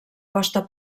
costa